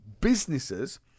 businesses